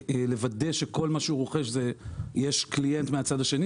לוודא שלכל מה שהוא רוכש יש קליינט מהצד השני,